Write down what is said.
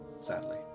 sadly